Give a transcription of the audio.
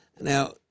Now